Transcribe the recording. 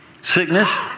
Sickness